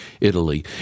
Italy